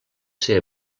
ser